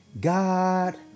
God